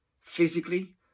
physically